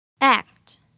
Act